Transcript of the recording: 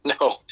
No